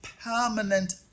permanent